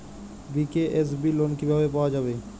BKSB loan কিভাবে পাওয়া যাবে?